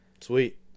Sweet